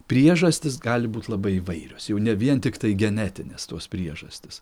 priežastys gali būt labai įvairios jau ne vien tiktai genetinės tos priežastys